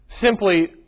simply